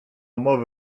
mowy